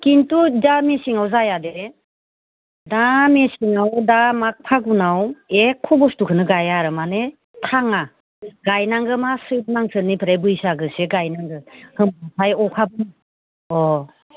खिन्थु दा मेसेङाव जायादे दा मेसेङाव दा माग फागुनाव एख' बुस्थुखौनो गाइया आरो माने थाङा गायनांगौ मा सैत्र मांसोनिफ्राय बैसागोसे गायनांगौ होमबाथाय अखाबो अह